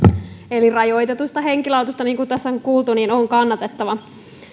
eli rajoitetuista henkilöautoista niin kuin tässä on kuultu on kannatettava